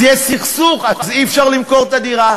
יש סכסוך, אז אי-אפשר למכור את הדירה.